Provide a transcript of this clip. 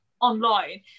online